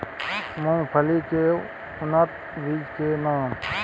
मूंगफली के उन्नत बीज के नाम?